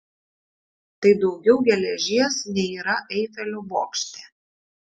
tai daugiau geležies nei yra eifelio bokšte